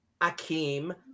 Akeem